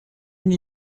une